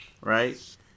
right